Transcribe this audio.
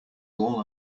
all